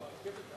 מאה אחוז.